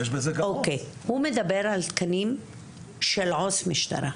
הוא מדבר על תקנים של עו"ס משטרה.